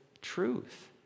truth